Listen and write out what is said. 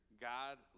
God